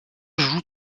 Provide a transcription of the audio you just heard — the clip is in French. joue